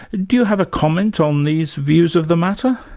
do you have a comment on these views of the matter?